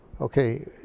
okay